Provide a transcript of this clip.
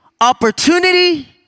Opportunity